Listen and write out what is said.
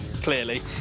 clearly